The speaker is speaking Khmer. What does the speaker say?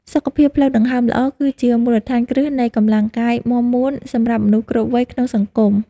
សុខភាពផ្លូវដង្ហើមល្អ គឺជាមូលដ្ឋានគ្រឹះនៃកម្លាំងកាយមាំមួនសម្រាប់មនុស្សគ្រប់វ័យក្នុងសង្គម។